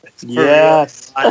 Yes